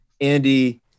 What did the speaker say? Andy